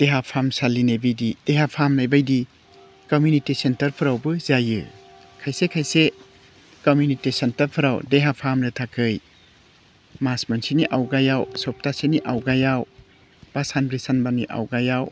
देहा फाहामसालिनि बिदि देहा फाहामनाय बायदि कमिउनिटि सेन्टारफ्रावबो जायो खायसे खायसे कमिउनिटि सेन्टारफ्राव देहा फाहामनो थाखाय मास मोनसेनि आवगायाव सप्तासेनि आवगायाव बा सानब्रै सानबानि आवगायाव